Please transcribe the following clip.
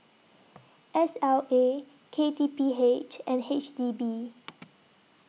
S L A K T P H and H D B